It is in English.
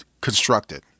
constructed